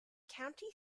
county